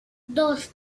dos